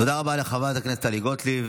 תודה רבה לחברת הכנסת טלי גוטליב.